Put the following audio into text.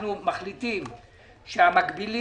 אנחנו מחליטים שהמקבילים,